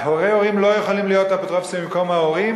הורי ההורים לא יכולים להיות אפוטרופוסים במקום ההורים?